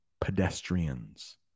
pedestrians